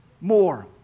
more